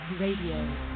Radio